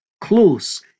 close